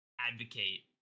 advocate